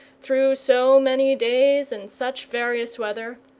through so many days and such various weather,